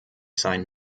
sein